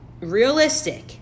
Realistic